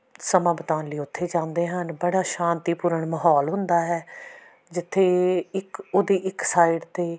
ਸਮਾਂ ਬਤਾਉਣ ਲਈ ਉੱਥੇ ਜਾਂਦੇ ਹਨ ਬੜਾ ਸ਼ਾਂਤੀਪੂਰਨ ਮਾਹੌਲ ਹੁੰਦਾ ਹੈ ਜਿੱਥੇ ਇੱਕ ਉਹਦੀ ਇੱਕ ਸਾਈਡ 'ਤੇ